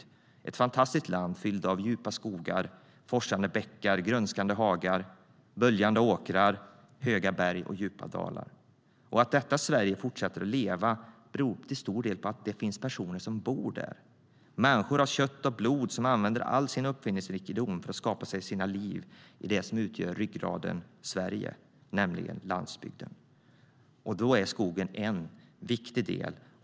Det är ett fantastiskt land fyllt av djupa skogar, forsande bäckar, grönskande hagar, böljande åkrar, höga berg och djupa dalar. Och att detta Sverige fortsätter att leva beror till stor del på att det finns människor som bor där - människor av kött och blod som använder all sin uppfinningsrikedom för att skapa sig sina liv i det som utgör ryggraden i Sverige, nämligen landsbygden. Då är skogen en viktig del.